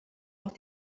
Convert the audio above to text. auch